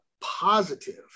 positive